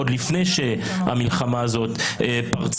עוד לפני שהמלחמה הזאת פרצה,